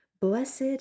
Blessed